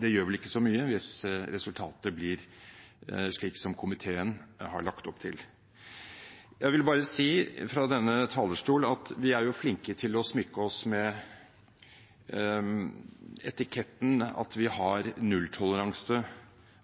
det gjør vel ikke så mye hvis resultatet blir slik som komiteen har lagt opp til. Jeg vil bare si fra denne talerstol at vi er flinke til å smykke oss med etiketten at vi har nulltoleranse